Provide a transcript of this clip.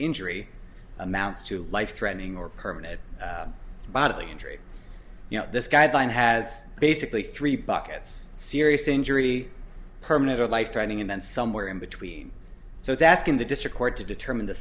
injury amounts to life threatening or permanent bodily injury you know this guideline has basically three buckets serious injury permanent or life threatening and then somewhere in between so it's asking the district court to determine the